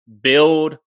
build